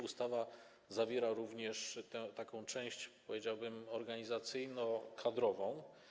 Ustawa zawiera również taką część, powiedziałbym, organizacyjno-kadrową.